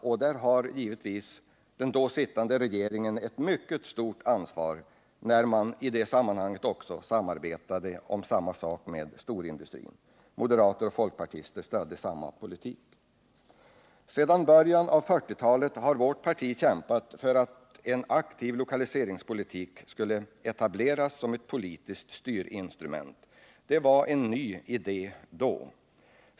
Därvidlag har givetvis den då sittande regeringen ett mycket stort ansvar, den samarbetade i sammanhanget också med storindustrin. Moderater och folkpartister stödde samma politik. Sedan början av 1940-talet har vårt parti kämpat för att en aktiv lokaliseringspolitik skulle etableras som ett politiskt styrinstrument. Det var en ny idé då.